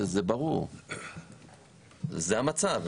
זה המצב.